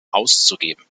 auszugeben